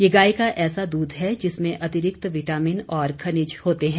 यह गाय का ऐसा दूध है जिसमें अतिरिक्त विटामिन और खनिज होते है